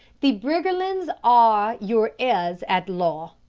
the briggerlands are your heirs at law.